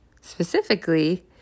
specifically